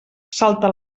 salta